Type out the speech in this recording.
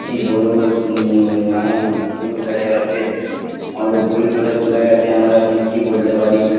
কি বলবো আমার ভুল হয়ে গেছে আমাদের ভুল করে চলে গেছে আমরা এখন কি বলতে পারি